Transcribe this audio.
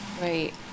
Right